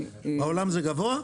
בעולם זה גבוה?